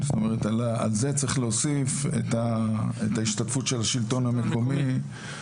על זה צריך להוסיף את ההשתתפות של השלטון המקומי,